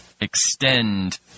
extend